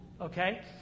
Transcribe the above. Okay